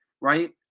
right